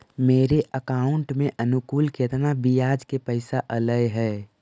मेरे अकाउंट में अनुकुल केतना बियाज के पैसा अलैयहे?